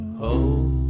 home